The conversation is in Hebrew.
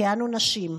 כי אנו נשים,